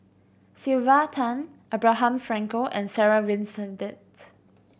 Sylvia Tan Abraham Frankel and Sarah Winstedt